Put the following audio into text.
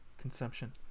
consumption